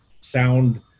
sound